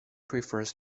prefers